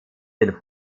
den